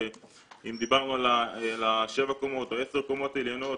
אם דיברנו על שבע קומות או על עשר קומות עליונות